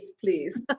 please